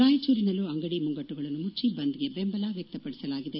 ರಾಯಚೂರು ನಗರದಲ್ಲೂ ಅಂಗಡಿ ಮುಂಗಟ್ಟುಗಳನ್ನು ಮುಚ್ಚಿ ಬಂದ್ಗೆ ಬೆಂಬಲ ವ್ಯಕ್ತಪಡಿಸಲಾಗಿದೆ